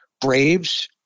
Braves